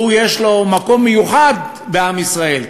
יש לו מקום מיוחד בעם ישראל,